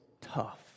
tough